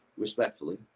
respectfully